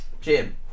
jim